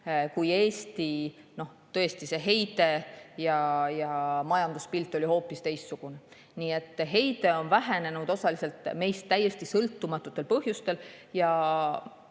kui Eestis tõesti heide ja majanduspilt olid hoopis teistsugused. Heide on vähenenud osaliselt meist täiesti sõltumatutel põhjustel.